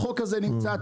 החוק הזה נמצא,